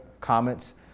comments